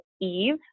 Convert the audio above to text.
Eve